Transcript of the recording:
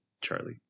Charlie